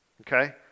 okay